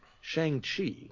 Shang-Chi